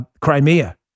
Crimea